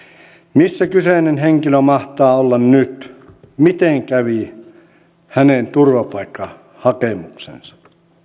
missä kyseinen henkilö mahtaa olla nyt miten kävi hänen turvapaikkahakemuksensa